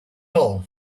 all